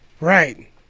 Right